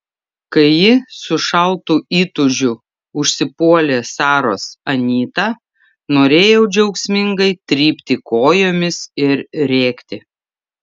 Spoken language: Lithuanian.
kai ji su šaltu įtūžiu užsipuolė saros anytą norėjau džiaugsmingai trypti kojomis ir rėkti